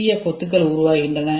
சிறிய கொத்துகள் உருவாகின்றன